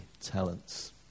talents